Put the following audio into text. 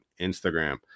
Instagram